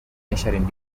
measuring